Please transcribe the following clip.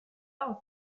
aus